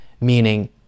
meaning